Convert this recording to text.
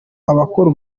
abakora